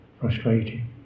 frustrating